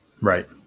Right